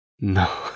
No